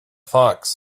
fox